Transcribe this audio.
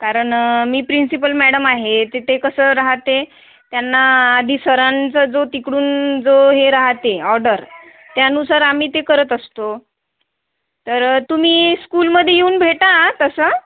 कारण मी principal madam आहे तर ते कसं राहते त्यांना आधी सरांचा जो तिकडून जो हे राहते ऑर्डर त्यानुसार आम्ही ते करत असतो तर तुम्ही स्कूलमध्ये येऊन भेटा तसं